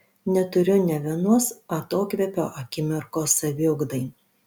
neturiu ne vienos atokvėpio akimirkos saviugdai